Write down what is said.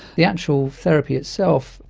the actual therapy itself,